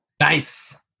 Nice